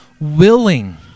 willing